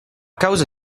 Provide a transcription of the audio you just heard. causa